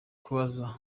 kubaza